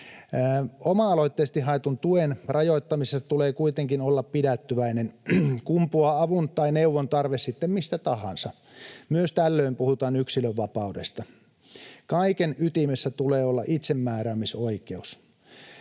Oma-aloitteisesti haetun tuen rajoittamisessa tulee kuitenkin olla pidättyväinen, kumpuaa avun tai neuvon tarve sitten mistä tahansa. Myös tällöin puhutaan yksilönvapaudesta. Kaiken ytimessä tulee olla itsemääräämisoikeus.